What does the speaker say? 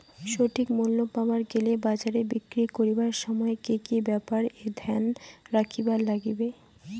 সঠিক মূল্য পাবার গেলে বাজারে বিক্রি করিবার সময় কি কি ব্যাপার এ ধ্যান রাখিবার লাগবে?